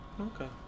Okay